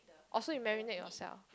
oh so you marinate yourself